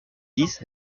dix